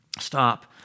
Stop